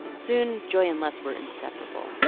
soon, joy and les were inseparable,